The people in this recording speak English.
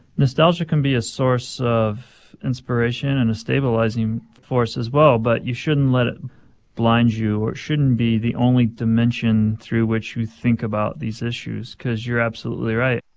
nostalgia can be a source of inspiration and a stabilizing force as well. but you shouldn't let it blind you or shouldn't be the only dimension through which you think about these issues because you're absolutely right.